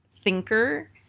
thinker